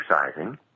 exercising